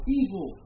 evil